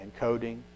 encoding